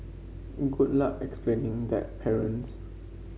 good luck explaining that parents